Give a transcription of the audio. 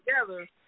together